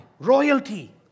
Royalty